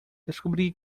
descobri